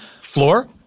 floor